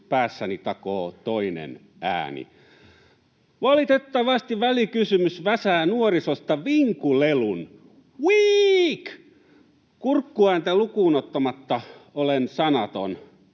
päässäni takoo toinen ääni. Valitettavasti välikysymys väsää nuorisosta vinkulelun — viik! Kurkkuääntä lukuun ottamatta olen sanaton.